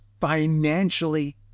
financially